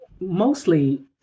mostly